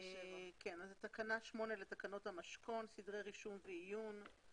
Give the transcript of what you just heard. תקנה 8 לתקנות המשכון (סדרי רישום ועיון),